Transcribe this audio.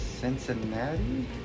Cincinnati